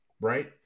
right